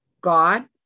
God